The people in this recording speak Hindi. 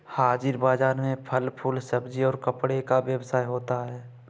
हाजिर बाजार में फल फूल सब्जी और कपड़े का व्यवसाय होता है